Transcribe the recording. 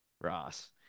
Ross